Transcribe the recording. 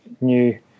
new